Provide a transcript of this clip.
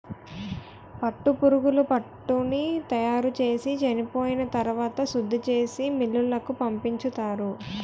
పట్టుపురుగులు పట్టుని తయారుచేసి చెనిపోయిన తరవాత శుద్ధిచేసి మిల్లులకు పంపించుతారు